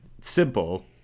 simple